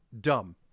dumb